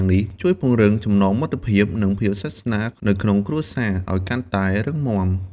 នេះជួយពង្រឹង ចំណងមិត្តភាព និងភាពស្និទ្ធស្នាល នៅក្នុងគ្រួសារឱ្យកាន់តែរឹងមាំ ។